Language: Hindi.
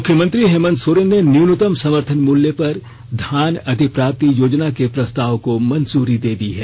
मुख्यमंत्री हेमंत सोरेन ने न्यूनतम समर्थन मूल्य पर धान अधिप्राप्ति योजना के प्रस्ताव को मंजूरी दे दी है